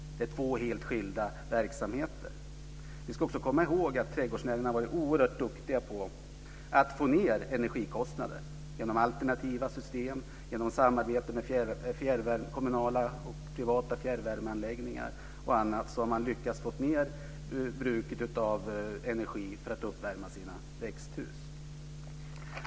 Det är två helt skilda verksamheter. Vi ska också komma ihåg att trädgårdsnäringen har varit oerhört duktig på att få ned energikostnaden genom alternativa system. Genom samarbete med kommunala och privata fjärrvärmeanläggningar och annat har man lyckats få ned bruket av energi för att uppvärma sina växthus.